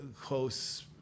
close